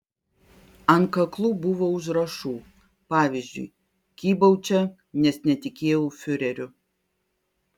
ant kaklų buvo užrašų pavyzdžiui kybau čia nes netikėjau fiureriu